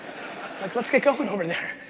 let's let's get going over there.